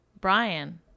Brian